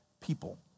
people